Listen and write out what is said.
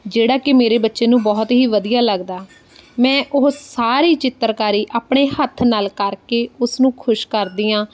ਜਿਹੜਾ ਕਿ ਮੇਰੇ ਬੱਚੇ ਨੂੰ ਬਹੁਤ ਹੀ ਵਧੀਆ ਲੱਗਦਾ ਮੈਂ ਉਹ ਸਾਰੀ ਚਿੱਤਰਕਾਰੀ ਆਪਣੇ ਹੱਥ ਨਾਲ ਕਰਕੇ ਉਸ ਨੂੰ ਖੁਸ਼ ਕਰਦੀ ਹਾਂ